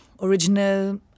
original